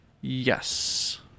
Yes